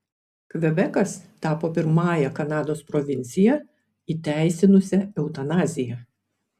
kvebekas tapo pirmąja kanados provincija įteisinusia eutanaziją